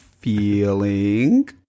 feeling